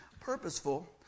Purposeful